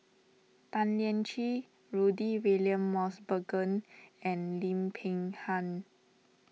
Tan Lian Chye Rudy William Mosbergen and Lim Peng Han